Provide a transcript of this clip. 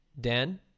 Dan